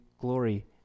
glory